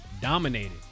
dominated